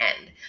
End